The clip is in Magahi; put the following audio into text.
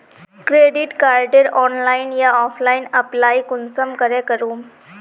क्रेडिट कार्डेर ऑनलाइन या ऑफलाइन अप्लाई कुंसम करे करूम?